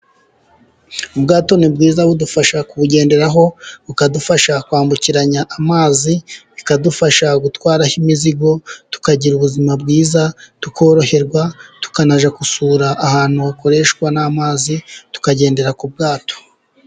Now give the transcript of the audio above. Ubwato ni bwiza budufasha kubugenderaho, bukadufasha kwambukiranya amazi, bikadufasha gutwaraho imizigo tukagira ubuzima bwiza tukoroherwa tukanajya gusura ahantu hakoreshwa n'amazi tukagendera ku bwato.